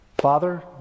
Father